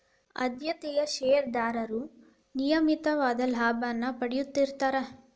ಆದ್ಯತೆಯ ಷೇರದಾರರು ನಿಯಮಿತವಾಗಿ ಲಾಭಾನ ಪಡೇತಿರ್ತ್ತಾರಾ